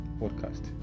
podcast